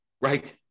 Right